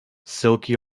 silky